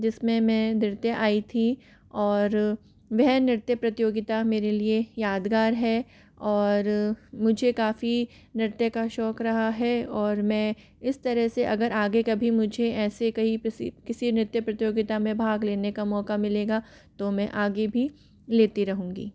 जिसमें मैं दृतीय आई थी और वह नृत्य प्रतियोगिता मेरे लिए यादगार है और मुझे काफ़ी नृत्य का शौक रहा है और मैं इस तरह से अगर आगे कभी मुझे ऐसे कहीं किसी किसी नृत्य प्रतियोगिता में भाग लेने का मौका मिलेगा तो मैं आगे भी लेती रहूँगी